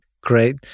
Great